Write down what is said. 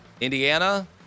Indiana